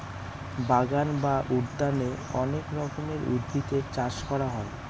বাগান বা উদ্যানে অনেক রকমের উদ্ভিদের চাষ করা হয়